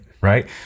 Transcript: right